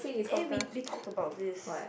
eh we we talked about this